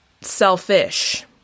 selfish